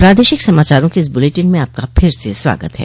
प्रादेशिक समाचारों के इस बुलेटिन में आपका फिर से स्वागत है